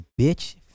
bitch